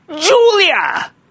Julia